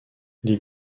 les